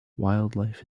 wildlife